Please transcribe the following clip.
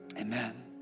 amen